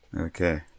Okay